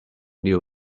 new